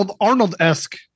Arnold-esque